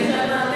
20 שנים,